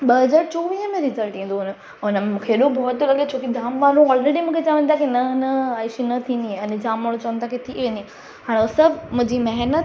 ॿ हज़ार चोवीह में रिसल्ट ईंदो हुयो उन मूंखे हेॾो भउ थो लॻे छोकी जामु माण्हू ऑलरेडी मूंखे चवनि था की न न आयुषी न थींदी ए अने जामु माण्हू चवनि था की ईंदी ए हाणे सभु मुंहिंजी महनत